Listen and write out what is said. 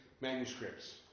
manuscripts